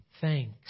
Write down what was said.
thanks